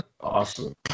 Awesome